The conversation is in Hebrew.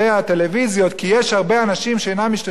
כי יש הרבה אנשים שאינם משתמשים בטלוויזיה,